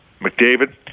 McDavid